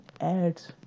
ads